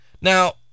Now